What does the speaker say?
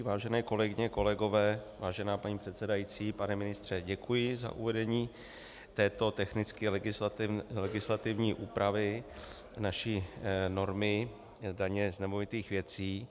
Vážené kolegyně, kolegové, vážená paní předsedající, pane ministře, děkuji za uvedení této technické legislativní úpravy naší normy, daně z nemovitých věcí.